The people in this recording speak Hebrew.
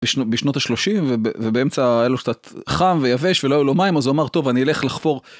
בשנות, בשנות השלושים וב.. ובאמצע האלו שאת.. חם ויבש ולא היה לו מים אז הוא אמר טוב אני אלך לחפור.